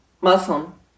Muslim